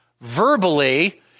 verbally